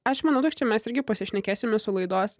aš manau kad čia mes irgi pasišnekėsime su laidos